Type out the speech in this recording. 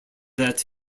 that